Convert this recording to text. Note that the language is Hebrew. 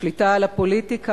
השליטה על הפוליטיקה,